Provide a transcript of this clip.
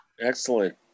Excellent